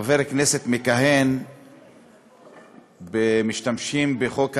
חבר כנסת מכהן ומשתמשים בחוק ההדחה,